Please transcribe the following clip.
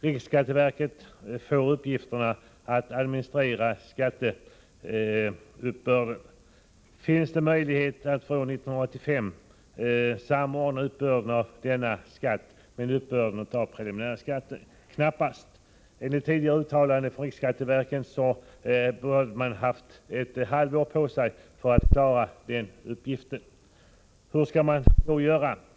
Riksskatteverket får uppgiften att administrera skatteuppbörden. Är det möjligt att för år 1985 samordna uppbörden av denna skatt med uppbörden av preliminärskatten? Knappast. Enligt tidigare uttalanden från riksskatteverket borde man ha ett halvår på sig för att klara av den uppgiften. Hur skall man då göra?